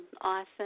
awesome